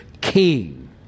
king